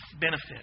benefit